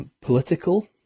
political